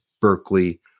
Berkeley